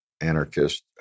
Anarchist